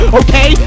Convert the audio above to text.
okay